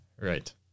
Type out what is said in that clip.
Right